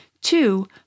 Two